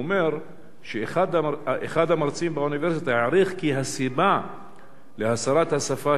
הוא אומר שאחד המרצים באוניברסיטה העריך כי הסיבה להסרת השפה